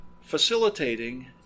facilitating